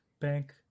Bank